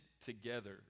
together